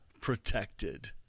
protected